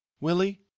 Willie